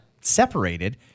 separated